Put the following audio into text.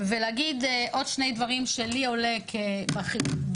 ולהגיד עוד שני דברים שלי עולה בחיכוך